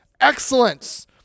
excellence